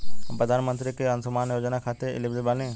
हम प्रधानमंत्री के अंशुमान योजना खाते हैं एलिजिबल बनी?